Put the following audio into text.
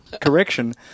correction